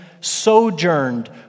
Sojourned